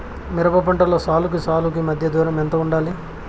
మిరప పంటలో సాలుకి సాలుకీ మధ్య దూరం ఎంత వుండాలి?